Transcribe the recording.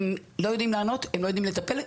הם לא יודעים לענות ולטפל בהן,